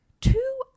two